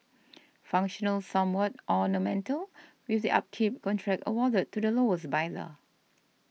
functional somewhat ornamental with the upkeep contract awarded to the lowest bidder